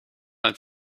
het